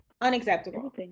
Unacceptable